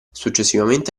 successivamente